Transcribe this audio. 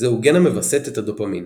שזהו גן המווסת את הדופמין.